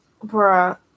bruh